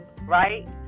right